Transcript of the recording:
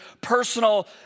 personal